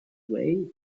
way